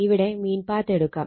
ഇവിടെ മീൻ പാത്ത് എടുക്കാം